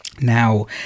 Now